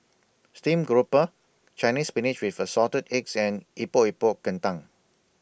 Stream Grouper Chinese Spinach with Assorted Eggs and Epok Epok Kentang